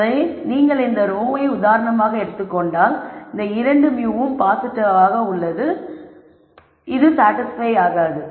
எனவே நீங்கள் இந்த ரோ வை உதாரணமாக எடுத்துக் கொண்டால் இந்த இரண்டு μ வும் பாசிட்டிவ்வாக இருந்து சாடிஸ்பய் ஆகாது